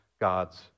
God's